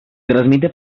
transmite